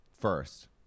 first